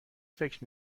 فکر